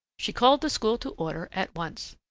she called the school to order at once.